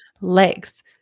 legs